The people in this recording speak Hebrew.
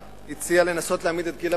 הישן לפנות את מקומו למודל חדש,